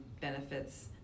benefits